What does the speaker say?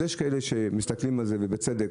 יש כאלה שמסתכלים על זה, ובצדק,